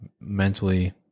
mentally